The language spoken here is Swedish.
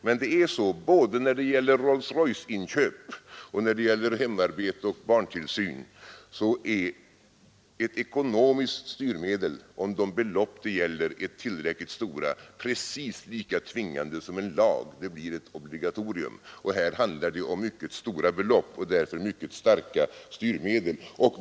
Men både när det gäller inköp av Rolls Royce och när det gäller hemarbete och barntillsyn är ett ekonomiskt styrmedel, om de belopp det gäller är tillräckligt stora, precis lika tvingande som en lag. Det blir ett obligatorium. Här handlar det ju om mycket stora belopp och därmed om mycket starka styrmedel.